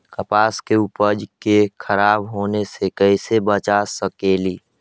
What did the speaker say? कपास के उपज के खराब होने से कैसे बचा सकेली?